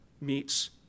meets